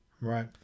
Right